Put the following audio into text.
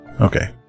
Okay